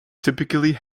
typically